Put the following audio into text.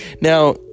Now